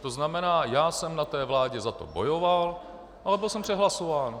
To znamená, já jsem na té vládě za to bojoval, ale byl jsem přehlasován.